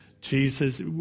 Jesus